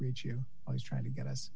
reach you i was trying to get us